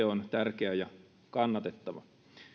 on tärkeä ja kannatettava